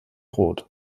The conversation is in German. rot